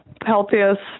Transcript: healthiest